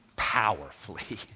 powerfully